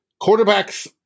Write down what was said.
quarterbacks